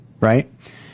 right